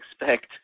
expect